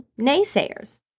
naysayers